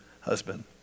husband